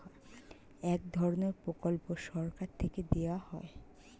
এক ধরনের প্রকল্প সরকার থেকে দেওয়া হয়